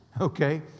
okay